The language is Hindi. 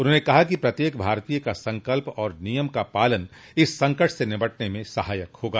उन्होंने कहा कि प्रत्येक भारतीय का संकल्प और नियम का पालन इस संकट से निपटने में सहायक होगा